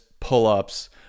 pull-ups